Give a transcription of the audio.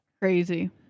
Crazy